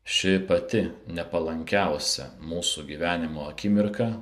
ši pati nepalankiausia mūsų gyvenimo akimirka